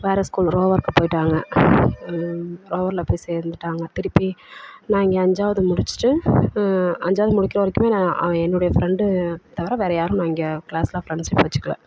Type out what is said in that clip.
வேறு ஸ்கூல் ரோவருக்கு போய்விட்டாங்க ரோவரில் போய் சேர்ந்துட்டாங்க திருப்பி நான் இங்கே அஞ்சாவது முடிச்சுட்டு அஞ்சாவது முடிக்கிற வரைக்குமே நான் அவள் என்னுடைய ஃப்ரெண்டு தவிர வேறு யாரும் நான் இங்கே க்ளாஸில் ஃப்ரெண்ட்ஷிப் வெச்சுக்கல